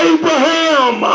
Abraham